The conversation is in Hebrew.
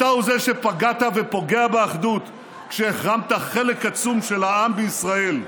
אתה הוא זה שפגעת ופוגע באחדות כשהחרמת חלק עצום של העם בישראל.